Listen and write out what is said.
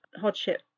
hardship